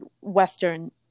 Western